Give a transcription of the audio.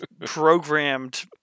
programmed